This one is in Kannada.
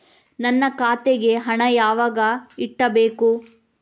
ನನ್ನ ಖಾತೆಗೆ ಹಣ ಯಾವಾಗ ಕಟ್ಟಬೇಕು?